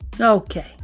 Okay